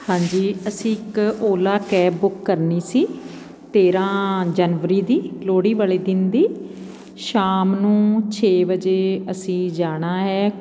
ਹਾਂਜੀ ਅਸੀਂ ਇੱਕ ਓਲਾ ਕੈਬ ਬੁੱਕ ਕਰਨੀ ਸੀ ਤੇਰ੍ਹਾਂ ਜਨਵਰੀ ਦੀ ਲੋਹੜੀ ਵਾਲੇ ਦਿਨ ਦੀ ਸ਼ਾਮ ਨੂੰ ਛੇ ਵਜੇ ਅਸੀਂ ਜਾਣਾ ਹੈ